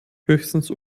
höchstens